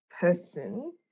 person